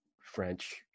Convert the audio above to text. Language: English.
French